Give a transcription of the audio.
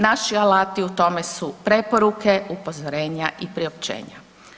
Naši alati u tome su preporuke, upozorenja i priopćenja.